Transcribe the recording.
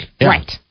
Right